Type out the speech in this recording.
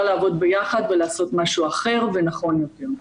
לעבוד ביחד ולעשות משהו אחר ונכון יותר.